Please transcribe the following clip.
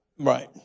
Right